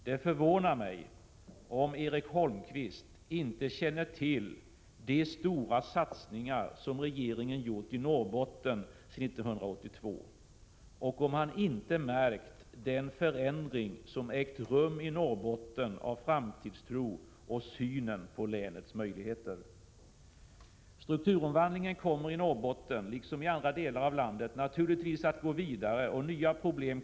Det förvånar mig om Erik Holmkvist inte känner till de stora satsningar som regeringen gjort i Norrbotten sedan 1982 och om han inte märkt den förändring som ägt rum i Norrbotten av framtidstro och synen på länets möjligheter. Strukturomvandlingen kommer i Norrbotten — liksom i andra delar av landet — naturligtvis att gå vidare och nya problem kommer att uppstå, Prot.